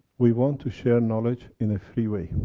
we want to share knowledge in a free way.